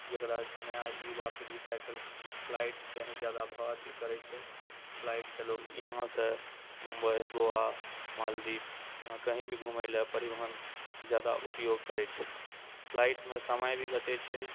जकरा नया युवा पीढ़ी तऽ आइ काल्हि फ्लाइटके ही ज्यादा भाव आजकल करै छै फ्लाइटसँ लोक यहाँसँ मुम्बइ गोआ मालदीव कहीँ भी घुमैलए परिवहनके ज्यादा उपयोग करै छै फ्लाइटमे समय भी बचै छै